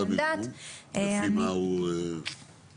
לפי מה קובעים את מספר המינימום?